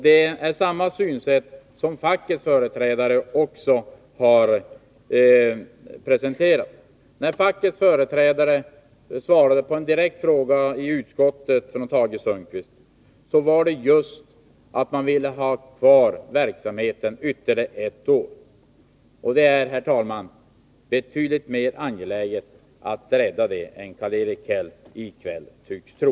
Det är samma synsätt som fackets företrädare har presenterat. När fackets företrädare svarade på en direkt fråga från Tage Sundkvist i utskottet, var det just att de ville ha kvar verksamheten ytterligare ett år. Det är, herr talman, betydligt mer angeläget att rädda verksamheten än Karl-Erik Häll i kväll tycks tro.